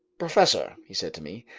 professor, he said to me,